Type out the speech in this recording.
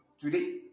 today